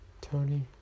Tony